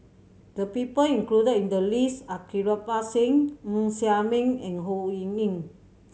the people included in the list are Kirpal Singh Ng Ser Miang and Ho Ying Ying